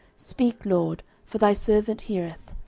speak, lord for thy servant heareth.